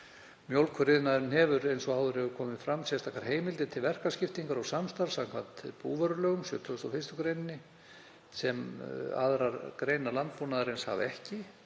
Mjólkuriðnaðurinn hefur, eins og áður hefur komið fram, sérstakar heimildir til verkaskiptingar og samstarf samkvæmt 71. gr. búvörulaga, sem aðrar greinar landbúnaðarins hafa ekki.